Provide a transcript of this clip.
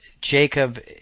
Jacob